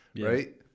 right